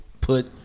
put